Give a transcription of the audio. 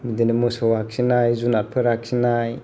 बिदिनो मोसौ आखिनाय जुनादफोर आखिनाय